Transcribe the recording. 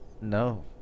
No